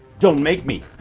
don't make me,